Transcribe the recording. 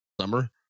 Summer